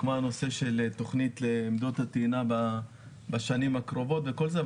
כמו הנושא של תכנית לעמדות הטעינה בשנים הקרובות וכל זה,